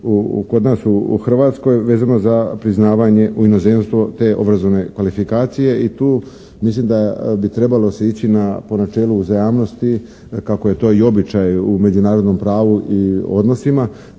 kod nas u Hrvatskoj vezano za priznavanje u inozemstvu te obrazovne kvalifikacije. I tu mislim da bi trebalo se ići po načelu uzajamnosti kako je to i običaj u međunarodnom pravu i odnosima.